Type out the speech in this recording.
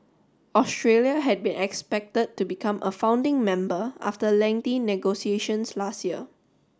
Australia had been expected to become a founding member after lengthy negotiations last year